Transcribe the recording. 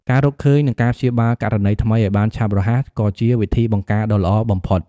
ការរកឃើញ និងការព្យាបាលករណីថ្មីឱ្យបានឆាប់រហ័ស ក៏ជាវិធីបង្ការដ៏ល្អបំផុត។